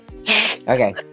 Okay